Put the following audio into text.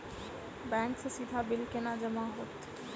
Bank सँ सीधा bill केना जमा होइत?